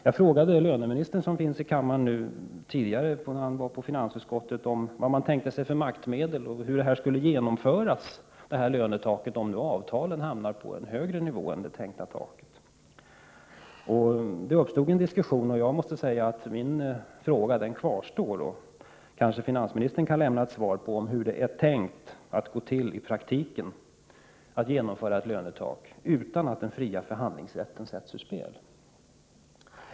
Jag har tidigare i finansutskottet frågat löneministern — som nu finns här i kammaren — vilka maktmedel man tänkt sig och hur lönetaket skall genomföras, om avtalen hamnar på en högre nivå än det tänkta taket. Det uppstod då en diskussion, men min fråga kvarstår. Finansministern kan kanske lämna ett svar på frågan om hur man i praktiken har tänkt sig att kunna genomföra ett lönetak utan att sätta den fria förhandlingsrätten ur spel.